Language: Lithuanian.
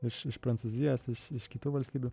iš iš prancūzijos iš kitų valstybių